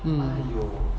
mm